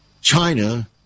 China